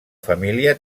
família